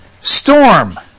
storm